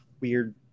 weird